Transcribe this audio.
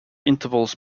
intervals